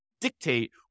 dictate